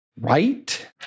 right